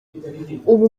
ubu